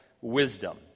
wisdom